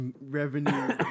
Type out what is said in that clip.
revenue